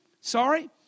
sorry